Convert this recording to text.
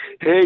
Hey